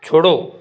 छोड़ो